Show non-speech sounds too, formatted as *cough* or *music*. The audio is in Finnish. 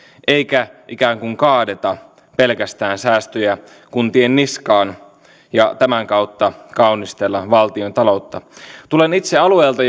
eikä ikään kuin kaadeta pelkästään säästöjä kuntien niskaan ja tämän kautta kaunistella valtiontaloutta tulen itse alueelta *unintelligible*